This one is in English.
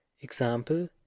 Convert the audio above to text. Example